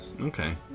okay